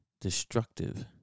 Destructive